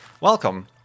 Welcome